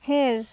ᱦᱮᱸ